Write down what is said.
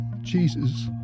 Jesus